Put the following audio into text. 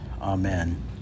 Amen